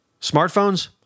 smartphones